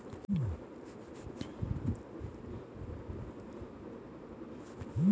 ছোট ছোট নৌকাতে চেপে নদীতে যে মাছ ধোরা হচ্ছে